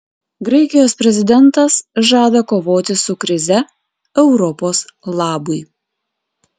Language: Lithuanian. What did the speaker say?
graikijos prezidentas žada kovoti su krize europos labui